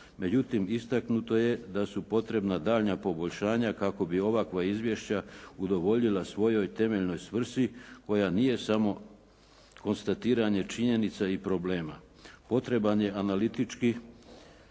Međutim, istaknuto je da su potrebna daljnja poboljšanja kako bi ovakva izvješća udovoljila svojoj temeljnoj svrsi koja nije samo konstatiranje činjenica i problema. Potreban je analitički